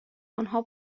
آنها